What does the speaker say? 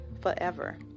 forever